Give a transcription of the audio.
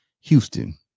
Houston